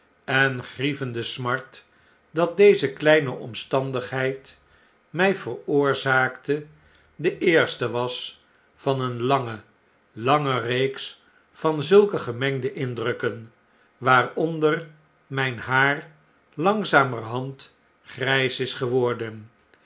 en grievende smart dat deze kleine omstandigheid my veroorzaakte de eerste was van een lange lange reeks van zulke gemengde indrukken waaronder myn haar langzamerhand grijs is geworden